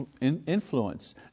influence